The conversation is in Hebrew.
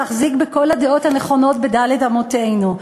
להחזיק בכל הדעות הנכונות בד' אמותינו,